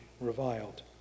reviled